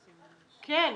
אבל ------ כן,